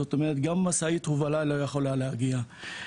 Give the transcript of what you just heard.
זאת אומרת, גם משאית הובלה לא יכולה להגיע.